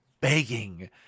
begging